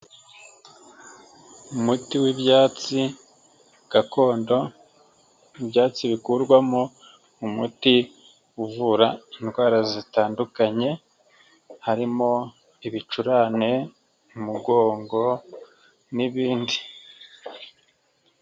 Umuti w'ibyatsi gakondo, ibyatsi bikurwamo ni umuti uvura indwara zitandukanye, harimo ibicurane, umugongo n'ibindi.